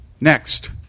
Next